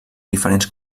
diferents